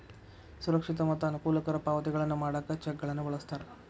ಸುರಕ್ಷಿತ ಮತ್ತ ಅನುಕೂಲಕರ ಪಾವತಿಗಳನ್ನ ಮಾಡಾಕ ಚೆಕ್ಗಳನ್ನ ಬಳಸ್ತಾರ